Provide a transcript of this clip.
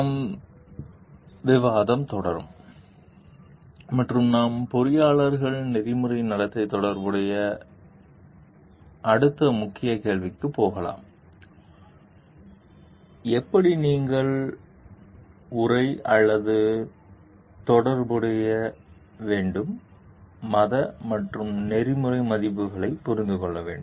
நம் விவாதம் தொடரும் மற்றும் நாம் பொறியாளர்கள் நெறிமுறை நடத்தை தொடர்புடைய பற்றிய அடுத்த முக்கிய கேள்விக்கு போகலாம் எப்படி நீங்கள் உணர அல்லது தொடர்புடைய வேண்டும் மத மற்றும் நெறிமுறை மதிப்புகளைப் புரிந்து கொள்ள வேண்டும்